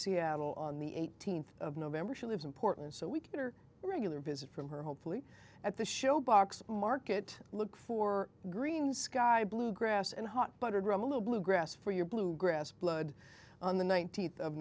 seattle on the eighteenth of november she lives in portland so we can her regular visit from her hopefully at the showbox market look for green sky blue grass and hot buttered rum a little bluegrass for your bluegrass blood on the nineteenth of